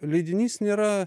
leidinys nėra